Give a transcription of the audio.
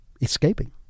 escaping